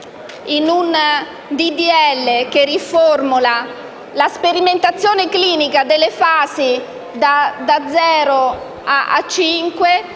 di legge che riformula la sperimentazione clinica delle fasi da zero